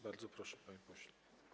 Bardzo proszę, panie pośle.